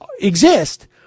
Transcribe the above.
exist